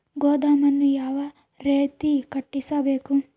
ಗೋದಾಮನ್ನು ಯಾವ ರೇತಿ ಕಟ್ಟಿಸಬೇಕು?